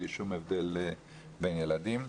בלי שום הבדל בין ילדים.